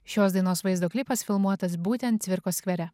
šios dainos vaizdo klipas filmuotas būtent cvirkos skvere